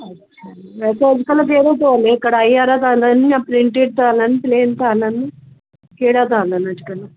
अच्छा वैसे अॼुकल्ह कहिड़ो थो हले कढ़ाई वारा था हलनि या प्रिंटेड था हलनि प्लेन था हलनि कहिड़ा था हलनि अॼुकल्ह